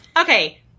Okay